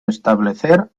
establecer